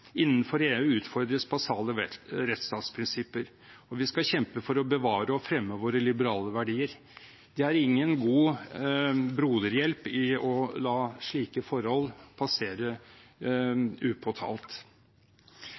utfordres basale rettsstatsprinsipper, og vi skal kjempe for å bevare og fremme våre liberale verdier. Det er ingen god broderhjelp i å la slike forhold passere upåtalt.